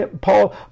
Paul